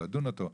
לדון אותו,